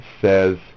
says